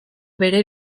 bere